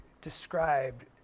described